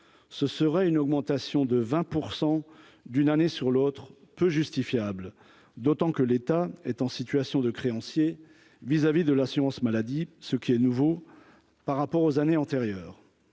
ce serait une augmentation de 20 % d'une année sur l'autre peu justifiable d'autant que l'État est en situation de créanciers vis-à-vis de l'assurance maladie, ce qui est nouveau par rapport aux années antérieures,